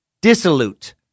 dissolute